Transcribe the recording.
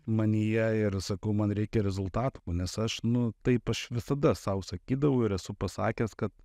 manyje ir sakau man reikia rezultatų nes aš nu taip aš visada sau sakydavau ir esu pasakęs kad